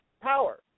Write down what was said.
power